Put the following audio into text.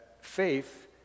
faith